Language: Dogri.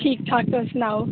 ठीक ठाक तुस सनाओ